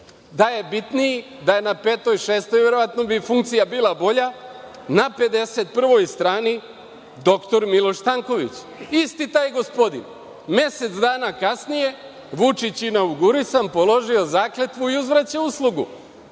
da je bitniji, da je na petoj, šestoj, verovatno bi funkcija bila bolja. Na 51. strani doktor Miloš Stanković. Isti taj gospodin, mesec dana kasnije Vučić inaugurisan, položio zakletvu i uzvraća uslugu. Da